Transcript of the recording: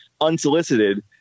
unsolicited